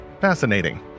Fascinating